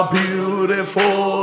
beautiful